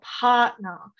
partner